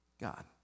God